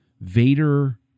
Vader